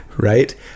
right